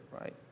right